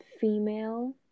Female